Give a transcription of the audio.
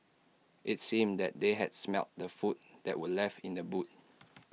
IT seemed that they had smelt the food that were left in the boot